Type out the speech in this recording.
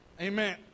Amen